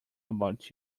about